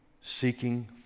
seeking